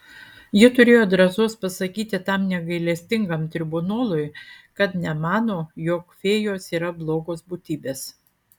ji turėjo drąsos pasakyti tam negailestingam tribunolui kad nemano jog fėjos yra blogos būtybės